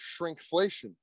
shrinkflation